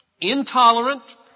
intolerant